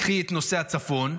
קחי את נושא הצפון.